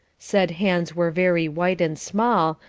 said hands were very white and small,